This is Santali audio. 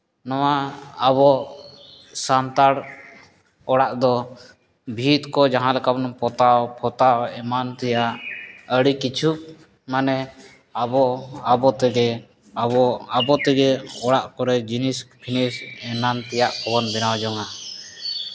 ᱱᱚᱣᱟ ᱟᱵᱚ ᱥᱟᱱᱛᱟᱲ ᱚᱲᱟᱜ ᱫᱚ ᱵᱷᱤᱛ ᱠᱚ ᱡᱟᱦᱟᱸ ᱞᱮᱠᱟ ᱵᱚᱱ ᱯᱚᱛᱟᱣ ᱯᱚᱛᱟᱣ ᱮᱢᱟᱱ ᱛᱮᱭᱟᱜ ᱟᱹᱰᱤ ᱠᱤᱪᱷᱩ ᱢᱟᱱᱮ ᱟᱵᱚ ᱟᱵᱚ ᱛᱮᱜᱮ ᱟᱵᱚ ᱟᱵᱚ ᱛᱮᱜᱮ ᱚᱲᱟᱜ ᱠᱚᱨᱮ ᱡᱤᱱᱤᱥ ᱯᱷᱤᱱᱤᱥ ᱮᱢᱟᱱ ᱛᱮᱭᱟᱜ ᱵᱚᱱ ᱵᱮᱱᱟᱣ ᱡᱚᱝᱟ